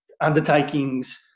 undertakings